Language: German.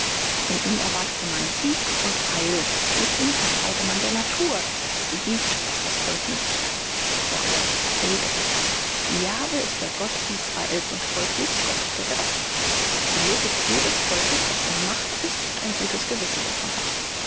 in ihm erwartete man sieg und heil mit ihm vertraute man der natur daß sie giebt was das volk nöthig hat vor allem regen javeh ist der gott israel's und folglich gott der gerechtigkeit die logik jedes volks das in macht ist und ein gutes gewissen davon hat